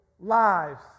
lives